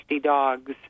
dogs